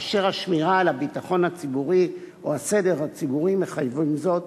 כאשר השמירה על הביטחון הציבורי או הסדר הציבורי מחייבים זאת,